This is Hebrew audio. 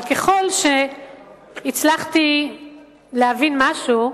אבל ככל שהצלחתי להבין משהו,